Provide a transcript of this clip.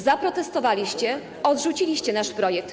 Zaprotestowaliście, odrzuciliście nasz projekt.